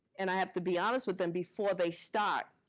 and i have to be honest with them before they start